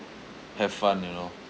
have fun you know